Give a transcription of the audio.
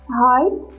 height